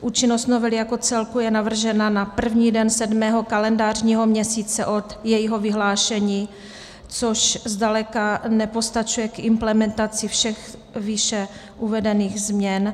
Účinnost novely jako celku je navržena na první den sedmého kalendářního měsíce od jejího vyhlášení, což zdaleka nepostačuje k implementaci všech výše uvedených změn.